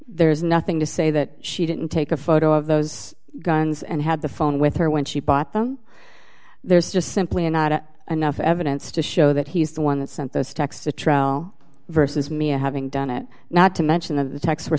there's nothing to say that she didn't take a photo of those guns and had the phone with her when she bought them there's just simply not enough evidence to show that he's the one that sent those texts to trial versus mia having done it not to mention of the checks were